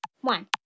One